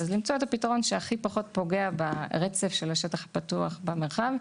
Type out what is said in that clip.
צריך למצוא את הפתרון שהכי פחות פוגע ברצף של השטח הפתוח במרחב.